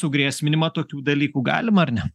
sugrėsminimą tokių dalykų galima ar ne